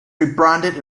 rebranded